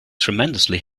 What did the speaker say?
tremendously